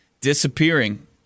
disappearing